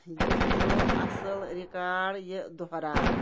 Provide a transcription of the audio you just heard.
یِہ چھ اصل رکاڑ ، یِہ دُہراو